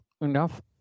enough